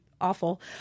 Awful